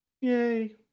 yay